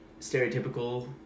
stereotypical